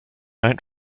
out